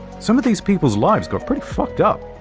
some of these people's lives got pretty fucked up.